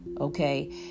Okay